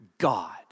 God